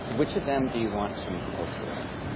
which of them do you want to incorporate?